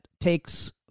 takes